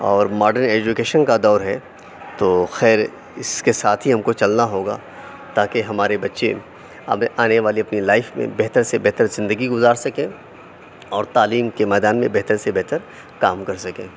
اور modern education کا دور ہے تو خیر اس کے ساتھ ہی ہم کو چلنا ہوگا تاکہ ہمارے بچے آنے والے اپنی لائف میں بہتر سے بہتر زندگی گزار سکیں اور تعلیم کے میدان میں بہتر سے بہتر کام کر سکیں